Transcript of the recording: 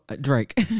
Drake